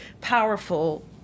powerful